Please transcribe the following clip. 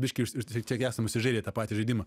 biškį už vistiek esam užsižaidę tą patį žaidimą